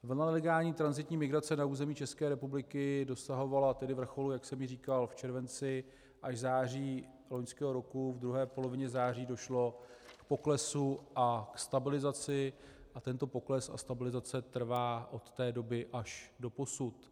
Vlna nelegální tranzitní migrace na území České republiky dosahovala tedy vrcholu, jak jsem již říkal, v červenci až září loňského roku, ve druhé polovině září došlo k poklesu a stabilizaci a tento pokles a stabilizace trvá od té doby až doposud.